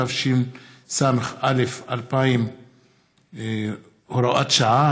התשס"א 2000 (הוראת שעה),